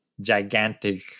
gigantic